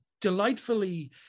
delightfully